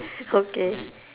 okay